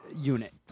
unit